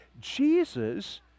Jesus